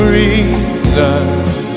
reasons